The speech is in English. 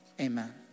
amen